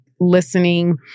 listening